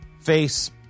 face